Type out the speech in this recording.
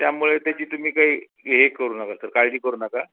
त्यामुळे त्याची तुम्ही काही हे करू नका सर काळजी करू नका